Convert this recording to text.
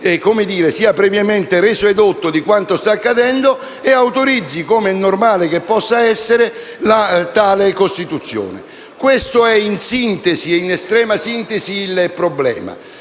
sia previamente reso edotto di quanto sta accadendo e autorizzi, com'è normale che sia, tale costituzione. Questo è in estrema sintesi il problema.